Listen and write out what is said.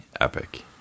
epic